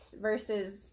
versus